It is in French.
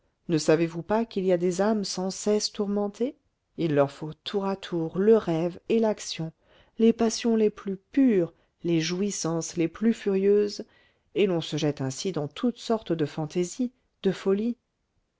ne savez-vous pas qu'il y a des âmes sans cesse tourmentées il leur faut tour à tour le rêve et l'action les passions les plus pures les jouissances les plus furieuses et l'on se jette ainsi dans toutes sortes de fantaisies de folies